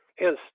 Hence